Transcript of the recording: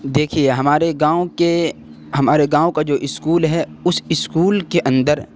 دیکھیے ہمارے گاؤں کے ہمارے گاؤں کا جو اسکول ہے اس اسکول کے اندر